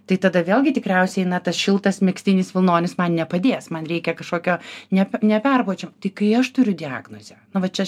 tai tada vėlgi tikriausiai tas šiltas megztinis vilnonis man nepadės man reikia kažkokio ne neperpučiamo tai kai aš turiu diagnozę na va čia